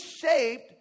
shaped